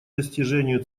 достижению